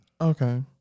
Okay